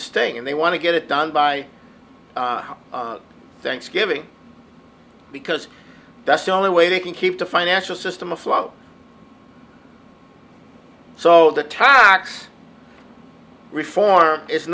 staying and they want to get it done by thanksgiving because that's the only way they can keep the financial system afloat so the tox reform it's